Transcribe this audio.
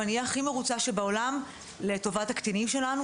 ואני אהיה הכי מרוצה שבעולם לטובת הקטינים שלנו.